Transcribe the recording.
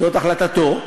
זאת החלטתו,